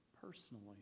personally